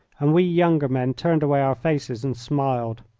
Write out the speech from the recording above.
and we younger men turned away our faces and smiled.